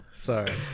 sorry